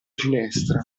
ginestra